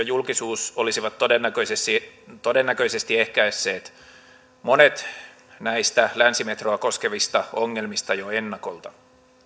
julkisuus olisivat todennäköisesti todennäköisesti ehkäisseet monet näistä länsimetroa koskevista ongelmista jo ennakolta